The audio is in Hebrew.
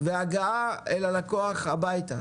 והגעה אל הלקוח הביתה,